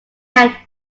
had